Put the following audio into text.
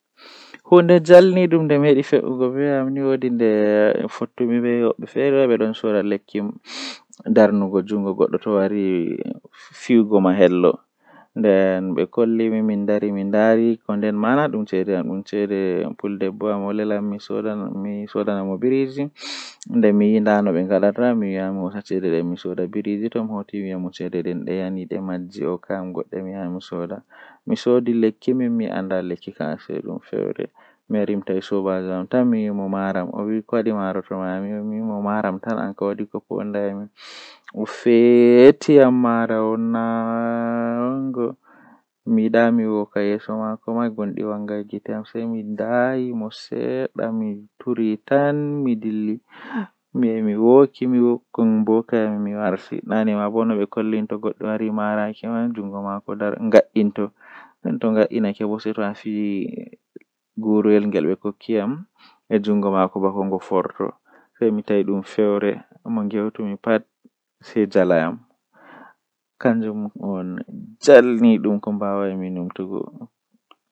Eh hunde fijuki jei bingel jei mi burdaa yiduki kanjum woni haa wodi fijide mootaaji jei be hawrata be gongonji madaraaji do woodi nobe fiyirta dum warta bvana moota kanjum mi burdaa yiduki, Wakkati mi bingel.